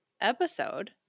episode